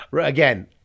Again